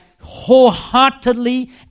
wholeheartedly